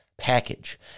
Package